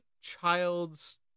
child's